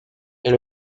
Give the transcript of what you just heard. est